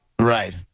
Right